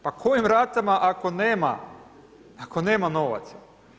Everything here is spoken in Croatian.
Pa kojim ratama ako nema novaca?